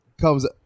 comes